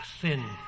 sin